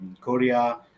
Korea